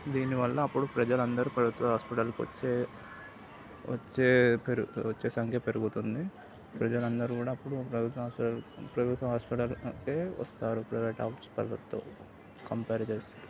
దినివల్ల అప్పుడు ప్రజలందరూ ప్రభుత్వ హాస్పిటల్కి వచ్చే వచ్చే పెరుగుతారు వచ్చే సంఖ్య పెరుగుతుంది ప్రజలందరూ కూడా అప్పుడు ప్రభుత్వ ప్రభుత్వ హాస్పిటల్కే వస్తారు ప్రైవేట్ హాస్పిటల్తో కంపేర్ చేస్తే